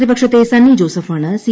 പ്രതിപക്ഷത്തെ സണ്ണി ജോസഫാണ് സി